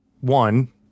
one